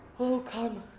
oh come,